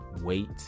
wait